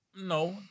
No